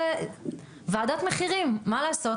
ועדת מחירים מה לעשות.